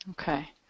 Okay